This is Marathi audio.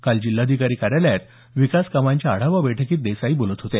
काल जिल्हाधिकारी कार्यालयात विकास कामांच्या आढावा बैठकीत देसाई बोलत होते